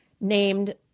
named